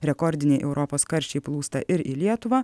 rekordiniai europos karščiai plūsta ir į lietuvą